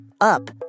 up